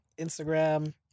Instagram